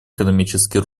экономический